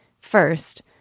First